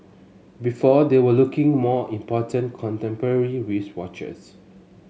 before they were looking more important contemporary wristwatches